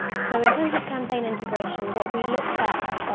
so in terms of campaign integration, what we looked at.